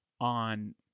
on